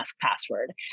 password